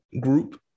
group